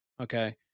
Okay